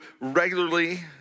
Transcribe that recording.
regularly